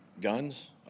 guns